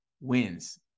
wins